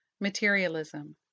Materialism